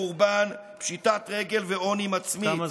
תם הזמן.